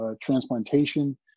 transplantation